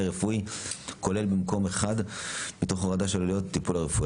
רפואי כולל במקום אחד תוך הורדה של עלויות הטיפול הרפואי.